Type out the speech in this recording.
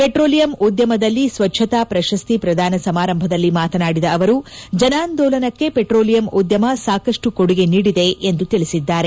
petroleum ಉದ್ಯಮದಲ್ಲಿ ಸ್ವಚ್ಚತಾ ಪ್ರಶಸ್ತಿ ಪ್ರಧಾನ ಸಮಾರಂಭದಲ್ಲಿ ಮಾತನಾಡಿದ ಅವರು ಜನ ಅಂದೋಲನಕ್ಕೆ ಪೆಟ್ರೋಲಿಯಂ ಉದ್ಯಮ ಸಾಕಷ್ಟು ಕೊಡುಗೆ ನೀಡಿದೆ ಎಂದು ತಿಳಿಸಿದ್ದಾರೆ